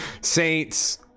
Saints